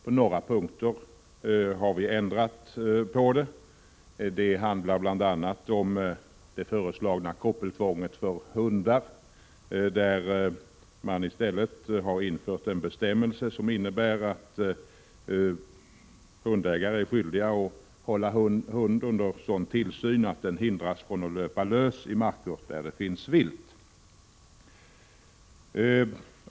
På några punkter har utskottet ändrat i regeringens förslag, bl.a. i fråga om koppeltvång för hundar. Utskottet föreslår i stället att hundägare skall vara skyldiga att hålla sina hundar under sådan tillsyn att de hindras från att löpa lösa i marker där det finns vilt.